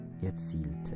erzielte